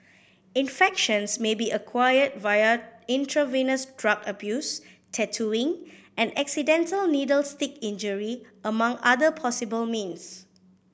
infections may be acquired via intravenous drug abuse tattooing and accidental needle stick injury among other possible means